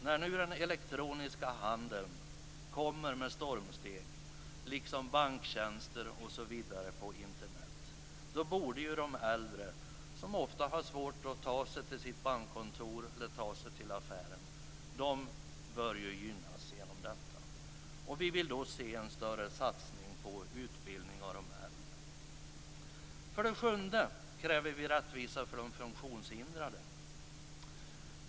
När den elektroniska handeln nu kommer med stormsteg liksom banktjänster m.m. på Internet borde ju de äldre, som ofta har svårt att ta sig till sitt bankkontor eller till sin affär, gynnas. Vi vill då se en större satsning på utbildning av de äldre. För det sjunde kräver vi rättvisa för de funktionshindrade.